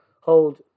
hold